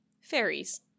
fairies